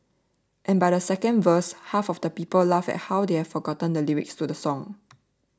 and by the second verse half the people laughed at how they have forgotten the lyrics to the song